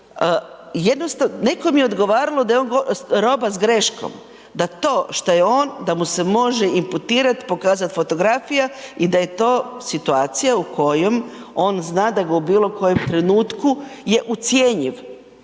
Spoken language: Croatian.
tome. Dakle, nekom je odgovaralo da je on roba s greškom, da to što je on da mu se može imputirat, pokazat fotografija i da je to situacija u kojoj on zna da ga u bilo kojem trenutku je ucjenjiv.